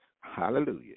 Hallelujah